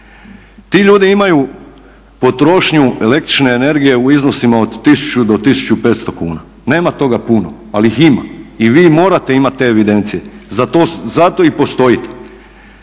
ti ljudi imaju potrošnju el.energije u iznosima od 1.000 do 1.500 kuna, nema toga puno ali ih ima i vi morate imati te evidencije, zato i postojite.